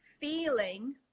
feeling